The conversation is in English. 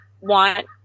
want